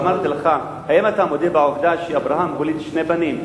אמרתי לך: האם אתה מודה בעובדה שאברהם הוליד שני בנים?